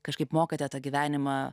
kažkaip mokate tą gyvenimą